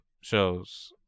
shows